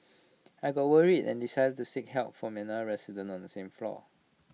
I got worried and decided to seek help from another resident on the same floor